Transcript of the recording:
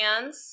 hands